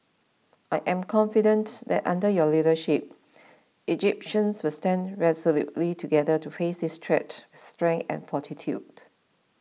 I am confident that under your leadership Egyptians will stand resolutely together to face this threat strength and fortitude